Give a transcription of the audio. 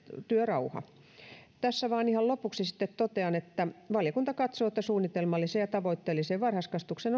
työrauha tässä vain ihan lopuksi sitten totean että valiokunta katsoo että suunnitelmalliseen ja tavoitteelliseen varhaiskasvatukseen